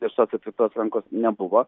griežtos ir tvirtos rankos nebuvo